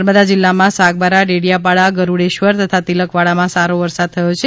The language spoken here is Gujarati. નર્મદા જિલ્લામાં સાગબારા ડેડીયાપાડા ગરૂડેશ્વર તથા તિલકવાડામાં સારો વરસાદ પડયો છે